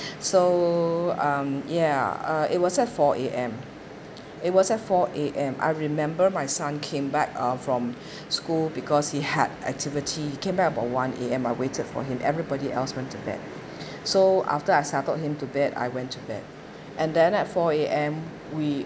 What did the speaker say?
so um ya uh it was at four A_M it was at four A_M I remember my son came back uh from school because he had activity came back about one A_M I waited for him everybody else went to bed so after I settled him to bed I went to bed and then at four A_M we